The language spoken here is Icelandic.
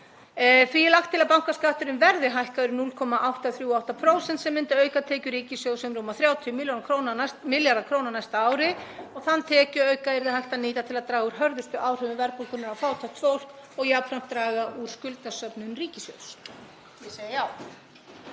Því er lagt til að bankaskatturinn verði hækkaður um 0,838% sem myndi auka tekjur ríkissjóðs um rúma 30 milljarða kr. á næsta ári og þann tekjuauka yrði hægt að nýta til að draga úr hörðustu áhrifum verðbólgunnar á fátækt fólk og jafnframt draga úr skuldasöfnun ríkissjóðs. — Ég segi já.